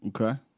Okay